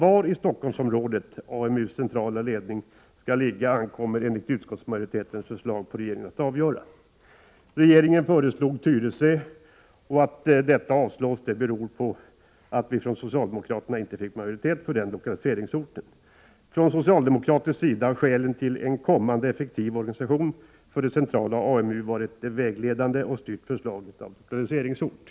Var i Stockholmsområdet AMU:s centrala ledning skall ligga ankommer det, enligt utskottsmajoritetens mening, på regeringen att avgöra. Regeringen föreslog Tyresö. Att detta förslag avstyrks beror på att vi från socialdemokraterna inte fick majoritet för denna lokaliseringsort. Målet att skapa en effektiv organisation för det centrala AMU har varit vägledande för oss socialdemokrater i valet av lokaliseringsort.